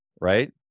right